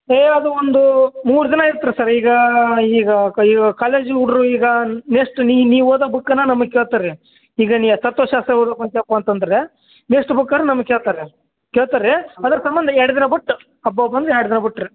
ಏಯ್ ಅದು ಒಂದು ಮೂರು ದಿನ ಆಯ್ತು ರೀ ಸರ್ರ ಈಗ ಈಗ ಕ ಈಗ ಕಾಲೇಜು ಹುಡ್ಗ್ರು ಈಗ ಮೇಷ್ಟ್ರು ನೀ ನೀ ಓದೋ ಬುಕ್ಕನ್ನ ನಮಗೆ ಕೇಳ್ತಾರೆ ರೀ ಈಗ ನೀ ಆ ತತ್ವಶಾಸ್ತ್ರ ಓದೋಕ್ಕೆ ಕುಳ್ತ್ಯಪ್ಪ ಅಂತಂದರೆ ಮೇಷ್ಟ್ರು ಬುಕ್ಕಾರೆ ನಮಗೆ ಕೇಳ್ತಾರೆ ಕೇಳ್ತಾರೆ ರೀ ಅದರ ಸಂಬಂಧ ಎರಡು ದಿನ ಬಿಟ್ ಅಬ್ಬಬ್ಬ ಅಂದ್ರೆ ಎರಡು ದಿನ ಬಿಟ್ ರೀ